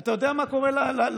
אתה יודע מה קורה לאנשים,